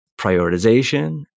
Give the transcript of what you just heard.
prioritization